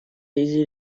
easy